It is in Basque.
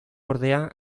ordea